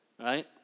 right